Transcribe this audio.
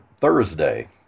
Thursday